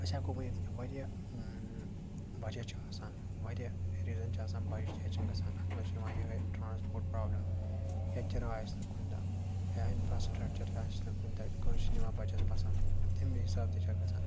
أسۍ ہٮ۪کو ؤنِتھ واریاہ وَجہ چھِ آسان واریاہ ریٖزَن چھِ آسان بَچہٕ کیٛازِ چھِنہٕ گَژھان اَتھ منٛز چھ یِوان یِہوٚے ٹرٛانسپوٹ پرٛابلِم یا کِراے آسہِ نہٕ کُنۍ دۄہ یا اِنفرٛاسٕٹرکچَر تہِ آسہِ نہٕ کُنۍ دۄہ کٲنٛسہِ چھِنہٕ یِوان بَچَس پَسنٛد تَمہِ حِساب تہِ چھےٚ گژھان